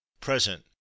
present